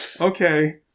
okay